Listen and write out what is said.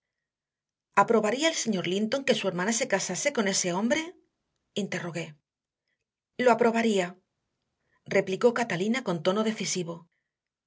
aprobaría el señor linton que su hermana se casase con ese hombre interrogué lo aprobaría replicó catalina con tono decisivo